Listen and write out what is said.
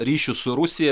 ryšių su rusija